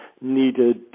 needed